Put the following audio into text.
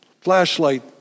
flashlight